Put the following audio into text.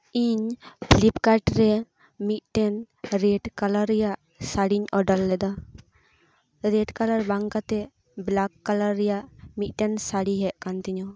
ᱤᱧ flip card ᱨᱮ ᱢᱤᱫᱴᱮᱱ ᱨᱮᱰ ᱠᱟᱞᱟᱨ ᱨᱮᱭᱟᱜ ᱥᱟ ᱲᱤᱧ ᱚᱰᱟᱨ ᱞᱮᱫᱟ ᱨᱮᱰ ᱠᱟᱞᱟᱨ ᱵᱟᱝ ᱠᱟᱛᱮᱫ ᱵᱞᱮᱠ ᱠᱟᱞᱟᱨ ᱨᱮᱭᱟᱜ ᱢᱤᱫᱴᱮᱱ ᱥᱟᱹᱲᱤ ᱦᱮᱡ ᱟᱠᱟᱱ ᱛᱤᱧᱟᱹ